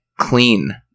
clean